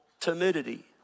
timidity